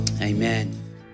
amen